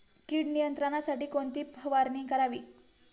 कीड नियंत्रणासाठी कोणती फवारणी करावी?